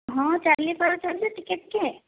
ହଁ ଚାଲି ପାରୁଛନ୍ତି ଟିକେ ଟିକେ